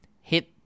hit